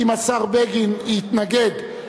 אם השר בגין יתנגד,